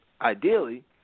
ideally